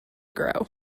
grow